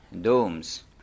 domes